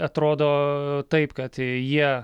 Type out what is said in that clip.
atrodo taip kad jie